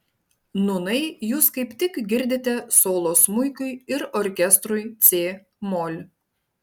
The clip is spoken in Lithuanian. nūnai jūs kaip tik girdite solo smuikui ir orkestrui c mol